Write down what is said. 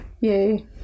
yay